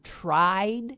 tried